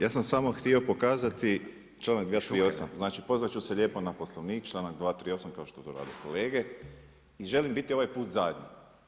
Ja sam samo htio pokazati, članak 238. znači pozvat ću se lijepo na Poslovnik članak 238. kao što to rade kolege i želim biti ovaj put zadnji.